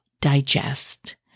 digest